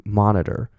monitor